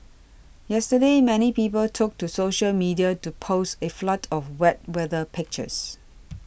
yesterday many people took to social media to post a flood of wet weather pictures